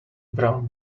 brown